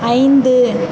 ஐந்து